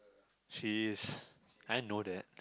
she is I know that